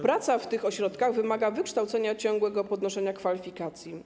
Praca w tych ośrodkach wymaga wykształcenia i ciągłego podnoszenia kwalifikacji.